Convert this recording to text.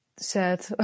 sad